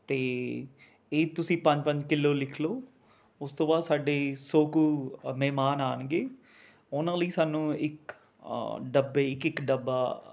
ਅਤੇ ਇਹ ਤੁਸੀਂ ਪੰਜ ਪੰਜ ਕਿਲੋ ਲਿਖ ਲਉ ਉਸ ਤੋਂ ਬਾਅਦ ਸਾਡੇ ਸੌ ਕੁ ਮਹਿਮਾਨ ਆਉਣਗੇ ਉਹਨਾਂ ਲਈ ਸਾਨੂੰ ਇੱਕ ਡੱਬੇ ਇੱਕ ਇੱਕ ਡੱਬਾ